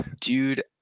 Dude